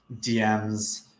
DMs